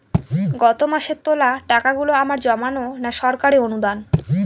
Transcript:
গত মাসের তোলা টাকাগুলো আমার জমানো না সরকারি অনুদান?